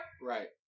Right